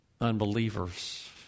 unbelievers